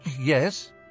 yes